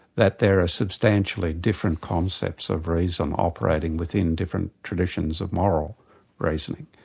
that there are substantially different concepts of reason operating within different traditions of moral reason,